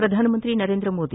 Pradhan Mantri Narendra Modi